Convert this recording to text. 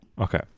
Okay